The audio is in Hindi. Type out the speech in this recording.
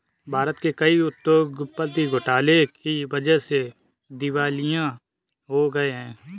भारत के कई उद्योगपति घोटाले की वजह से दिवालिया हो गए हैं